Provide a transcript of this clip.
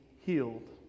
healed